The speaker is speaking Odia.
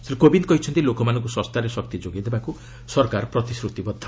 ଶ୍ରୀ କୋବିନ୍ଦ୍ କହିଛନ୍ତି ଲୋକମାନଙ୍କୁ ଶସ୍ତାରେ ଶକ୍ତି ଯୋଗାଇଦେବାକୁ ସରକାର ପ୍ରତିଶ୍ରତିବଦ୍ଧ